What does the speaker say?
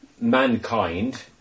mankind